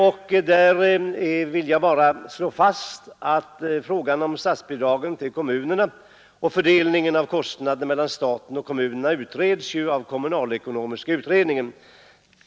Jag vill bara slå fast att frågan om statsbidrag till kommunerna och fördelningen av kostnaderna mellan staten och kommunerna utreds av den kommunalekonomiska utredningen.